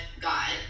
God